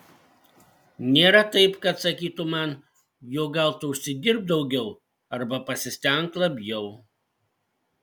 nėra taip kad sakytų man jog gal tu užsidirbk daugiau arba pasistenk labiau